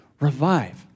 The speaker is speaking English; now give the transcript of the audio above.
revive